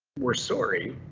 we're sorry,